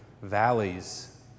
valleys